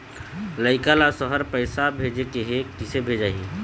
लइका ला शहर पैसा भेजें के हे, किसे भेजाही